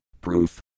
proof